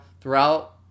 throughout